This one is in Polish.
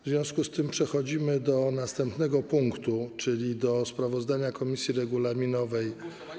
W związku z tym przechodzimy do następnego punktu, czyli do sprawozdania komisji regulaminowej.